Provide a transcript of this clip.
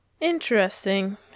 interesting